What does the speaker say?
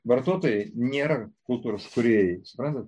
vartotojai nėra kultūros kūrėjai suprantat